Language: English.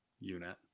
unit